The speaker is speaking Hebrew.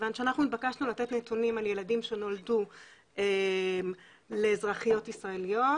אנחנו התבקשנו לתת נתונים על ילדים שנולדו לאזרחיות ישראליות,